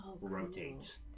rotates